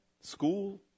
school